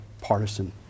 partisan